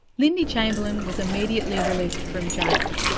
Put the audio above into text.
lesley chamberlain was immediately released from jail.